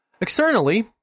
Externally